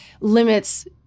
limits